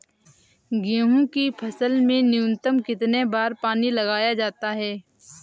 गेहूँ की फसल में न्यूनतम कितने बार पानी लगाया जाता है?